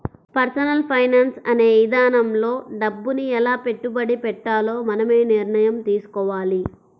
personal finance అనే ఇదానంలో డబ్బుని ఎలా పెట్టుబడి పెట్టాలో మనమే నిర్ణయం తీసుకోవాలి